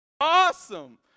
Awesome